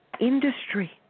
industry